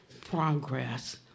progress